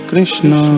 Krishna